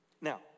Now